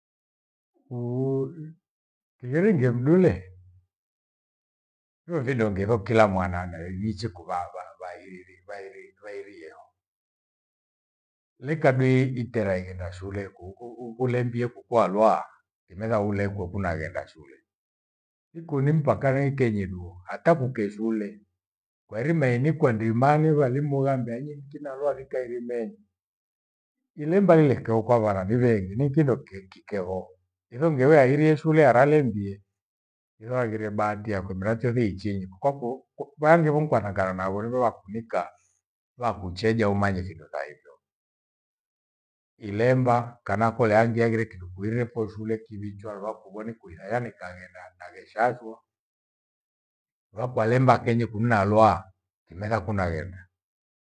kingirighemdule hohe nihongeho kila mwana na naeniche kuvava varirie vaeri vaeriho. Leka dui itera ighenda shule kukulembia kukualuaa imela ulekwo kokula ghenda shule. Thiku ni mpaka nehikejie duo hata kuke shule, kwairima inikwa ndima ni waalimu ghaambia enyi mki naloa vikairimenyi. Ilemba nilekheho kwa vana ni vengi ni kindo kikikeo hizo niweirie shule aralembie. Hiro aghire bahati yakwe miracho thiichinyi kwaku vyaangivo mkwathangana nawe orivo wakunika, wakucheja umanye findo thaejo. Ilemba kana kole angie aghire kindo kuirefo shule kivichwa luwaa kuboni kuye nayanikaghenda nagheshashu. Rua kwalemba kenyi kunalwaa kimetha kuna ghenda.